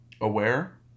Aware